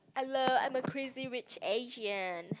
hello I'm a Crazy-Rich-Asian